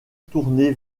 tournée